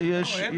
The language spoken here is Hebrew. מתעניין